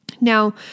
Now